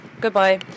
Goodbye